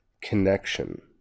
connection